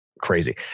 crazy